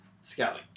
scouting